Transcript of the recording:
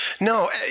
No